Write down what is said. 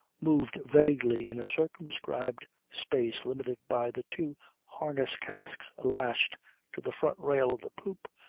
moved vaguely in a circumscribed space limited by the two harness-casks lashed to the front rail of the poop,